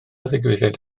ddigwyddiad